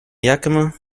yakima